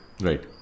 Right